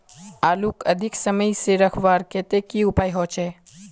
आलूक अधिक समय से रखवार केते की उपाय होचे?